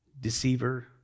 deceiver